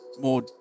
more